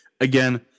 again